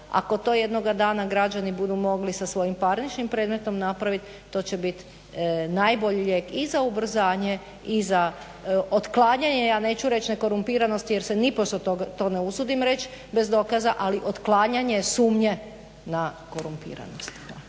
Ako to jednoga dana građani budu mogli sa svojim parničnim predmetom napravit to će bit najbolji lijek i za ubrzanje i za otklanjanje, ja neću reći nekorumpiranosti jer se nipošto to ne usudim reći bez dokaza, ali otklanjanje sumnje na korumpiranost.